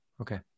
Okay